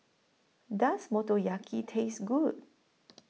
Does Motoyaki Taste Good